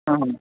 হুম